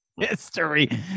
History